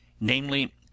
namely